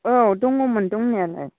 औ दङमोन दंनायालाय